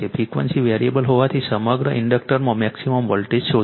frequency variable હોવાથી સમગ્ર ઇન્ડક્ટરમાં મેક્સિમમ વોલ્ટેજ શોધો